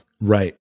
Right